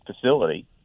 facility